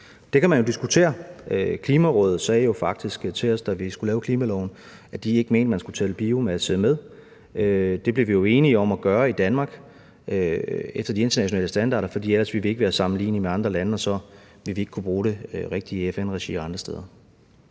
Det kan man jo diskutere. Klimarådet sagde faktisk til os, da vi skulle lave klimaloven, at de ikke mente, at man skulle tælle biomasse med. Det blev vi jo enige om at gøre i Danmark efter de internationale standarder, for ellers ville vi ikke være sammenlignelige med andre lande, og så ville vi ikke kunne bruge det rigtigt i FN-regi og andre steder.